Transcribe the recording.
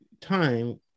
time